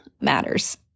matters